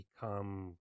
become